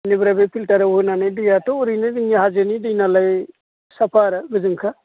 बेनिफ्राय बे फिलटाराव होनानै दैयाथ' ओरैनो जोंनि हाजोनि दै नालाय साफा आरो गोजोंखा